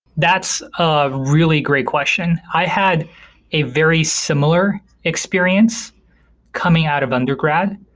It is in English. that's a really great question. i had a very similar experience coming out of undergrad.